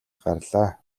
гарлаа